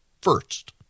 first